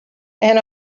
and